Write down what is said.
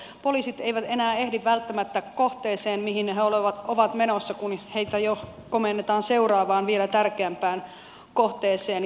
poliisit eivät enää ehdi välttämättä kohteeseen mihin he ovat menossa kun heitä jo komennetaan seuraavaan vielä tärkeämpään kohteeseen